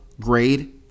grade